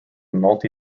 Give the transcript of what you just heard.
multi